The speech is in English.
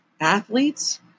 athletes